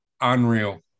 unreal